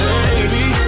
Baby